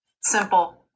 Simple